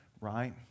Right